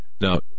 now